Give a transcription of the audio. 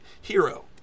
hero